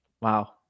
wow